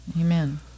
Amen